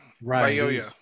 Right